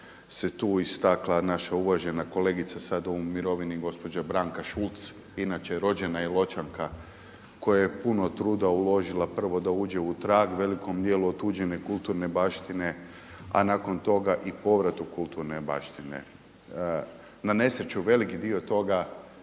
se tu istakla naša uvažena kolegica sada u mirovini gospođa Branka Šulc inače rođena Iločanka koja je puno truda uložila prvo da uđe u trag velikom dijelu otuđene kulturne baštine, a nakon toga i povrat kulturne baštine. Na nesreću velik dio toga